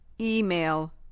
Email